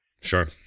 Sure